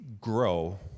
grow